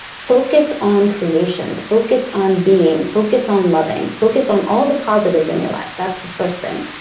focus on creation. focus on being. focus on loving. focus on all the positives in your life. that's the first thing.